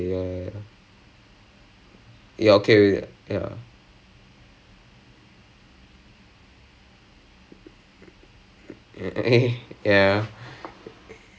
so I I'm I wasn't I didn't really care about it lah I mean I was like மூன்று:mundru hospital பண்ண முடியாது இந்த மனிஷன் பண்ணிட்டான்:panna mudiyaathu intha manishan pannitaan I'll pay you as much you want like seriously at that